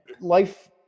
life